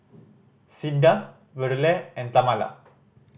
Cinda Verle and Tamala